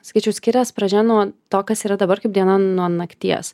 sakyčiau skirias pradžia nuo to kas yra dabar kaip diena nuo nakties